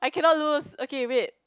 I cannot lose okay wait